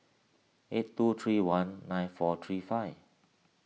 eight two three one nine four three five